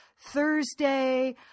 Thursday